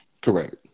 Correct